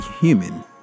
human